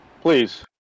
please